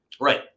Right